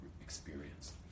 experience